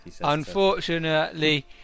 Unfortunately